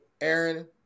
Aaron